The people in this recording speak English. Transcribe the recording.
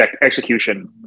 execution